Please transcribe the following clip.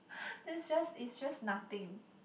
it's just it's just nothing